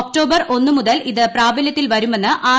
October ഒന്ന് മുതൽ ഇത് പ്രാബല്യത്തിൽ വരുമെന്ന് ആർ